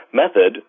method